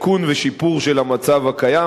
תיקון ושיפור של המצב הקיים.